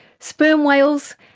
sperm whales,